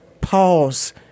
pause